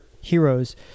heroes